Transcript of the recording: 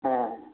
ஆ